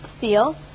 seal